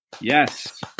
Yes